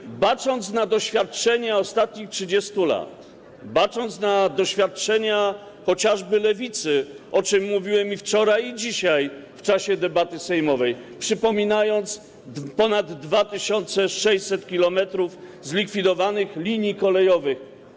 I bacząc na doświadczenia ostatnich 30 lat, bacząc na doświadczenia chociażby lewicy, o czym mówiłem i wczoraj, i dzisiaj w czasie debaty sejmowej, przypominając o ponad 2600 km zlikwidowanych linii kolejowych.